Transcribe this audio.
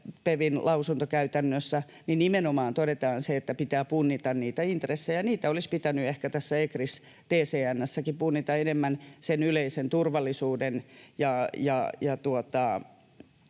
lausuntokäytännössä, nimenomaan todetaan, että pitää punnita intressejä. Niitä olisi ehkä pitänyt tässä ECRIS-TCN:ssäkin punnita enemmän yleisen turvallisuuden ja